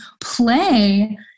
play